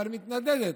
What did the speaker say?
אבל מתנדנדת.